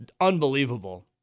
Unbelievable